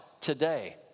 today